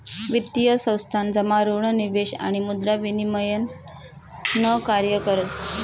वित्तीय संस्थान जमा ऋण निवेश आणि मुद्रा विनिमय न कार्य करस